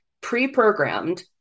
pre-programmed